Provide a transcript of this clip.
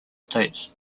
states